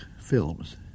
films